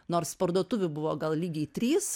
nors parduotuvių buvo gal lygiai trys